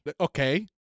Okay